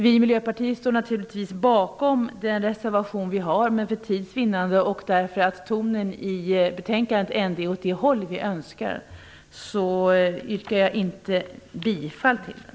Vi i Miljöpartiet står naturligtvis bakom den reservation som vi har. Men för tids vinnande och därför att tonen i betänkandet ändå är åt det hållet som vi önskar yrkar jag inte bifall till den.